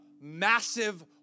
massive